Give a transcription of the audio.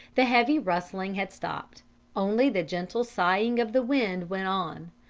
the heavy rustling had stopped only the gentle sighing of the wind went on.